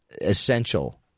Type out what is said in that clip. essential